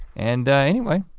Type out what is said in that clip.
and anyway,